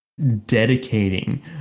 Dedicating